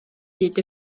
hyd